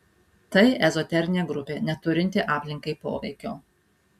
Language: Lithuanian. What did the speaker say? tai ezoterinė grupė neturinti aplinkai poveikio